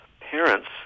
parents